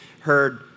heard